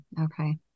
Okay